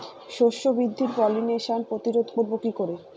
শস্য বৃদ্ধির পলিনেশান প্রতিরোধ করব কি করে?